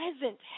present